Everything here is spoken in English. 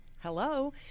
Hello